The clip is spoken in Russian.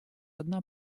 одна